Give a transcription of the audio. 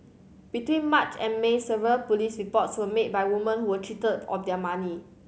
between March and May several police reports were made by woman who were cheated of their money